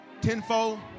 tenfold